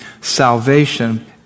Salvation